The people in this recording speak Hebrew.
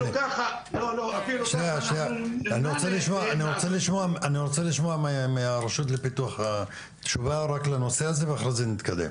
אני רוצה לשמוע מהרשות לפיתוח תשובה רק לנושא הזה ואחרי זה נתקדם.